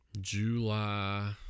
July